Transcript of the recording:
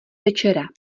večera